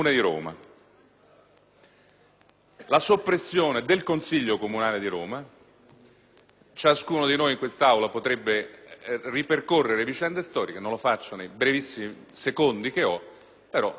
la soppressione del Consiglio comunale di Roma. Ciascuno di noi in quest'Aula potrebbe ripercorrere vicende storiche (non lo faccio nei brevissimi minuti che ho a disposizione), ma non vi sfugge che